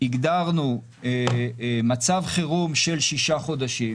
הגדרנו מצב חירום של שישה חודשים,